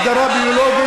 כל הגדרה ביולוגית,